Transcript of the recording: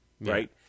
right